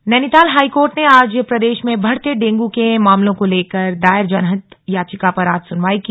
dengue Nainital high court ने आज प्रदेश में बढ़ते डेंगू के मामलों को लेकर दायर जनहित याचिका पर आज सुनवाई की